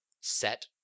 set